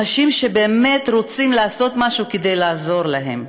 אנשים שבאמת רוצים לעשות משהו כדי לעזור להם,